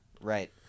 right